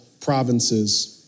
provinces